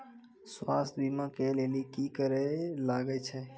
स्वास्थ्य बीमा के लेली की करे लागे छै?